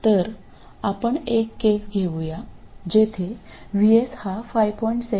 तर आपण एक केस घेऊया जेथे VS हा 5